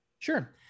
Sure